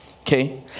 okay